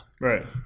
Right